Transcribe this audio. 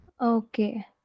Okay